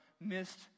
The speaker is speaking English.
missed